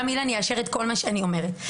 אילן יאשר את כל מה שאני אומרת.